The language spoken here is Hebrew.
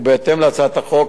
ובהתאם להצעת החוק,